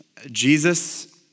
Jesus